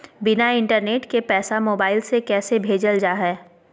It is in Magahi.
बिना इंटरनेट के पैसा मोबाइल से कैसे भेजल जा है?